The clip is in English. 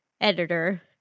editor